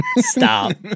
Stop